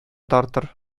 тартыр